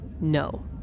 No